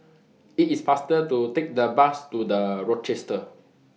IT IS faster to Take The Bus to The Rochester